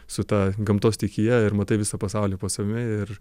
su ta gamtos stichija ir matai visą pasaulį po savimi ir